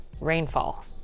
rainfall